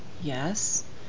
yes